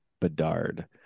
Bedard